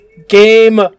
Game